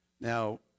Now